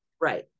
right